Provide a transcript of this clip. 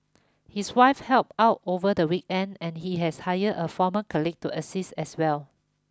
his wife help out over the weekend and he has hired a former colleague to assist as well